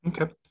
Okay